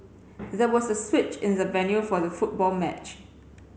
there was a switch in the venue for the football match